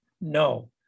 no